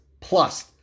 Plus